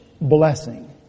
blessing